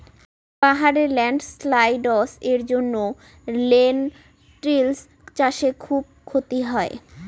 পাহাড়ে ল্যান্ডস্লাইডস্ এর জন্য লেনটিল্স চাষে খুব ক্ষতি হয়